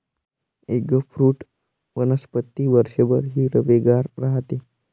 eggfruit वनस्पती वर्षभर हिरवेगार राहते